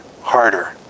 harder